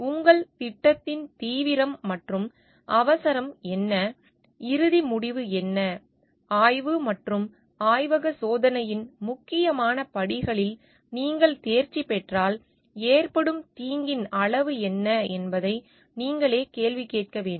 உங்கள் திட்டத்தின் தீவிரம் மற்றும் அவசரம் என்ன இறுதி முடிவு என்ன ஆய்வு மற்றும் ஆய்வக சோதனையின் முக்கியமான படிகளில் நீங்கள் தேர்ச்சி பெற்றால் ஏற்படும் தீங்கின் அளவு என்ன என்பதை நீங்களே கேள்வி கேட்க வேண்டும்